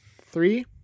Three